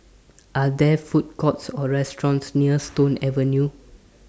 Are There Food Courts Or restaurants near Stone Avenue